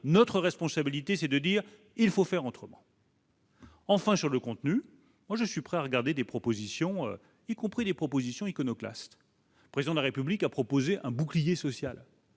notre responsabilité c'est de dire il faut faire Entremont. Enfin, sur le contenu, moi je suis prêt à regarder des propositions, y compris des propositions iconoclastes, président de la République a proposé un bouclier social.